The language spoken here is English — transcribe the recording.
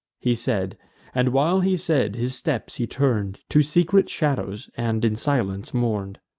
he said and, while he said, his steps he turn'd to secret shadows, and in silence mourn'd.